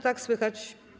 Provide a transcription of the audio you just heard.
Tak, słychać.